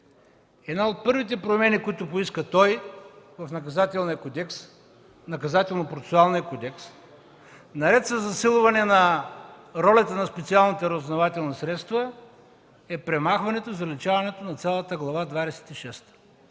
Една от първите промени, които той поиска в Наказателно-процесуалния кодекс, наред със засилване на ролята на специалните разузнавателни средства, е премахването, заличаването на цялата Глава